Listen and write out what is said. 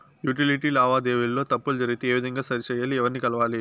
Utility లావాదేవీల లో తప్పులు జరిగితే ఏ విధంగా సరిచెయ్యాలి? ఎవర్ని కలవాలి?